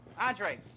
Andre